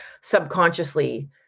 subconsciously